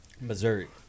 Missouri